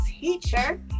teacher